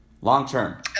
long-term